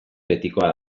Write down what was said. betikoa